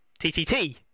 ttt